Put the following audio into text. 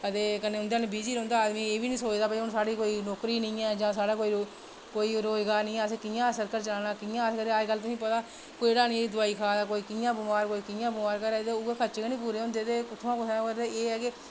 ते कन्नै उं'दे कन्नै बिजी रौहंदा आदमी तेे एह्बी निं सोचदा कि साढ़ी कोई नौकरी निं ऐ जां कोई रोज़गार निं ऐ असें कि'यां सर्कल चलाना कि'यां अज्जकल तुसेंगी पता कोई केह्ड़ा निं दोआई खा दा कोई कि'यां बमार ते उऐ खर्च गै नेईं पूरे होंदे ते उत्थां एह् ऐ की